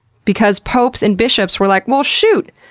because popes and bishops were like, well shoot,